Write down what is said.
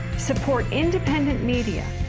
support independent media!